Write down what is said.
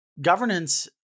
Governance